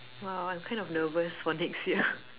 !wow! I'm kinda nervous for next year